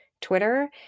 Twitter